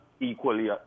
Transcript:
equally